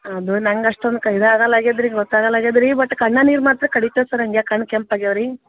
ಅದು ನಂಗೆ ಅಷ್ಟೊಂದು ಕೈಲಿ ಆಗೋಲ್ಲ ಆಗಿದೆ ರೀ ಗೊತ್ತು ಆಗೋಲ್ಲ ಆಗಿದೆ ರೀ ಬಟ್ ಕಣ್ಣಾಗ ನೀರು ಮಾತ್ರ ಕಡಿತದೆ ಸರ್ ಹಾಗೇ ಕಣ್ಣು ಕೆಂಪು ಆಗಿವೆ ರೀ